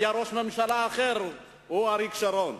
ראש הממשלה היה אחר, אריק שרון.